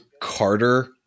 Carter